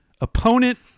opponent